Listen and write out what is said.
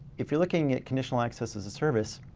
if you're looking at conditional access as a service.